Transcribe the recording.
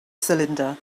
cylinder